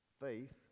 faith